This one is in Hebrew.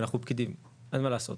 אנחנו פקידים, אין מה לעשות.